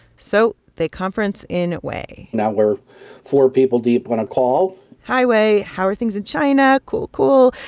so they conference in wei now we're four people deep on a call hi, wei. how are things in china? cool, cool.